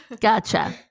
Gotcha